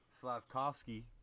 Slavkovsky